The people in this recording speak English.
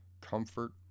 comfort